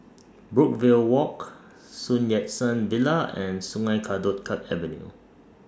Brookvale Walk Sun Yat Sen Villa and Sungei Kadut Avenue